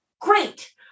great